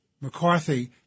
McCarthy